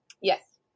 Yes